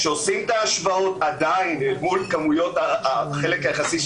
כשעושים את ההשוואות אל מול החלק היחסי,